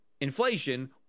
inflation